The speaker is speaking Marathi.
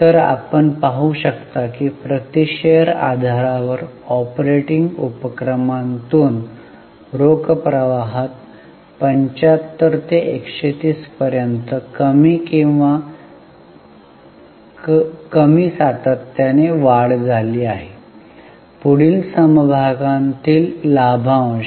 तर आपण पाहू शकता की प्रति शेअर आधारावर ऑपरेटिंग उपक्रमांतून रोख प्रवाहात 75 ते 130 पर्यंत कमी किंवा कमी सातत्याने वाढ झाली आहे पुढील समभागांमधील लाभांश